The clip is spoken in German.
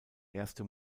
erste